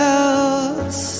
else